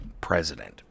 president